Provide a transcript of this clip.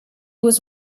was